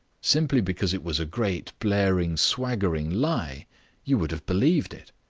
simply because it was a great blaring, swaggering lie you would have believed it.